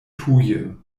tuje